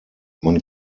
man